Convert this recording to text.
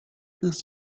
this